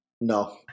No